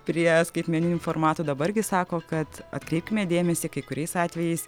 prie skaitmeninių formatų dabar gi sako kad atkreipkime dėmesį kai kuriais atvejais